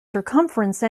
circumference